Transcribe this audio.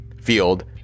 field